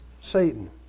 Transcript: Satan